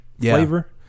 flavor